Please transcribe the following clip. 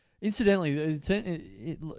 Incidentally